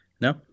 No